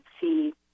see